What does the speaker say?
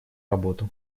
работу